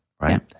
right